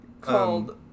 Called